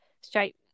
straight